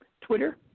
Twitter